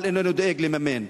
אבל איננו דואג לממן.